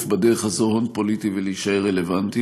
בדרך הזאת הון פוליטי ולהישאר רלוונטיים.